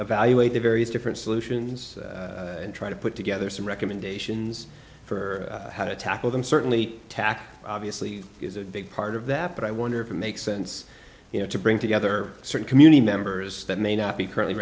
evaluate the various different solutions and try to put together some recommendations for how to tackle them certainly tack obviously is a big part of that but i wonder if it makes sense you know to bring together certain community members that may not be currently